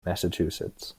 massachusetts